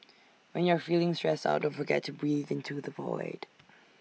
when you are feeling stressed out don't forget to breathe into the void